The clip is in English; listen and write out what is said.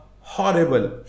horrible